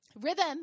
Rhythm